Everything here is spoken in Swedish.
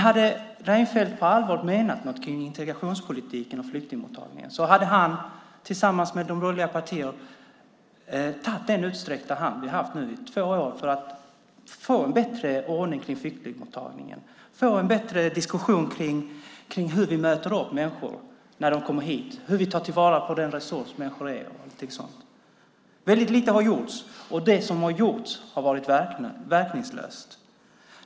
Hade Reinfeldt på allvar menat något med integrationspolitiken och flyktingmottagningen hade han, tillsammans med de andra borgerliga partierna, tagit den utsträckta hand vi haft i två år för att få en bättre ordning på flyktingmottagningen och få en bättre diskussion om hur vi möter upp människor när de kommer hit och hur vi tar till vara den resurs som dessa människor är. Mycket lite har gjorts, och det som har gjorts har varit verkningslöst.